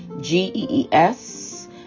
G-E-E-S